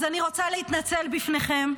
אז אני רוצה להתנצל בפניכם,